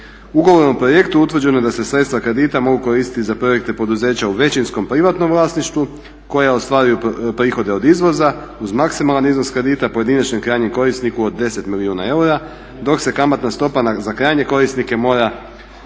Ugovorom o projektu utvrđeno je da se sredstva kredita mogu koristiti za projekte poduzeća u većinskom privatnom vlasništvu koja ostvaruju prihode od izvoza uz maksimalan iznos kredita pojedinačnom krajnjem korisniku od 10 milijuna eura, dok se kamatna stopa za krajnje korisnike mora